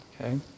Okay